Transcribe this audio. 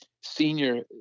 senior